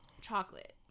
chocolate